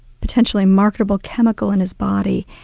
potentially marketable chemical in his body.